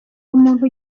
umuntu